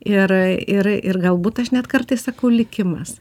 ir ir ir galbūt aš net kartais sakau likimas